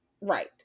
right